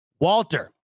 Walter